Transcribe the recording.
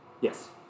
Yes